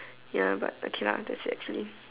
ya but okay lah that actually